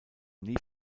nie